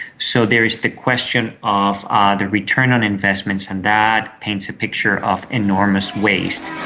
so there is the question of ah the return on investments and that paints a picture of enormous waste.